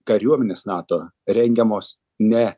kariuomenės nato rengiamos ne